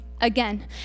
again